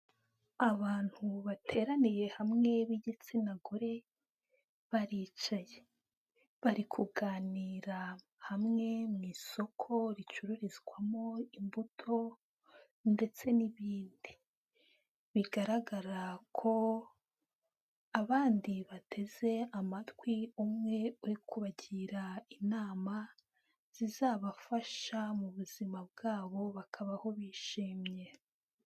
Abantu bateraniye hamwe b'igitsina gore, baricaye. Bari kuganira hamwe mu isoko ricururizwamo imbuto ndetse n'ibindi. Bigaragara ko abandi bateze amatwi umwe uri kubagira inama zizabafasha mu buzima bwabo bakabaho bishimye.